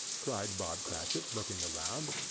cried bob cratchit, looking round.